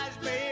baby